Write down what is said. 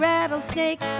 Rattlesnake